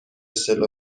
زیادی